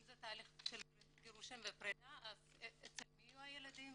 אם זה תהליך של גירושים ופרידה אז אצל מי יהיו הילדים,